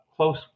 close